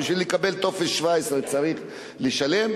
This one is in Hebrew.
בשביל לקבל טופס 17 צריך לשלם,